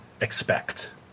expect